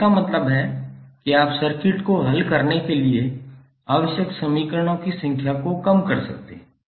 तो इसका मतलब है कि आप सर्किट को हल करने के लिए आवश्यक समीकरणों की संख्या को कम कर सकते हैं